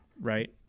right